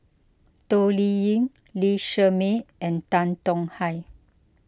Toh Liying Lee Shermay and Tan Tong Hye